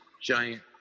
giant